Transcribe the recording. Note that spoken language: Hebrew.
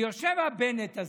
ויושב הבנט הזה,